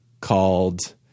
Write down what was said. called